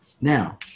Now